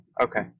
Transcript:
okay